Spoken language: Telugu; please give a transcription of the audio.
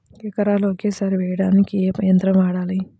ఎకరాలు ఒకేసారి వేయడానికి ఏ యంత్రం వాడాలి?